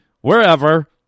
wherever